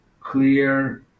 clear